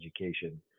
education